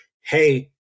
hey